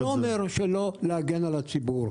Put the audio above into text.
אני לא אומר שלא צריך להגן על הציבור,